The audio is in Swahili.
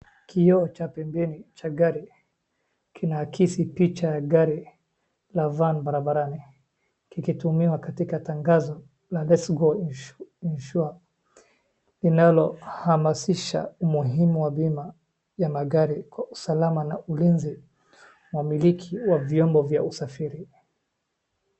Kioo cha pembeni cha gari kinahakisi picha ya gari la van barabarani, kikitumiwa katika tagazo la letshego insurance linalohamasiha umuhimu wa bima ya magari kwa usalama na ulinzi wamiliki wa vyombo vya usafiri.